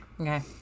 Okay